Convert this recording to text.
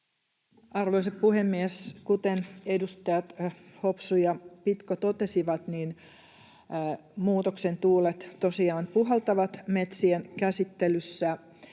Arvoisa puhemies! Kuten edustajat Hopsu ja Pitko totesivat, niin muutoksen tuulet tosiaan puhaltavat metsien käsittelyssä,